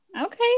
Okay